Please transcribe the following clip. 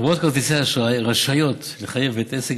חברות כרטיסי האשראי רשאיות לחייב בית עסק